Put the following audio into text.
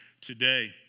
today